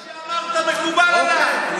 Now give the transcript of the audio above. כל מה שאמרת מקובל עליי,